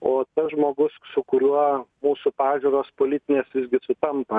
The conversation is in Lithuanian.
o tas žmogus su kuriuo mūsų pažiūros politinės visgi sutampa